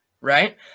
right